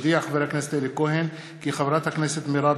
הודיע חבר הכנסת אלי כהן כי חברת הכנסת מירב